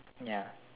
ya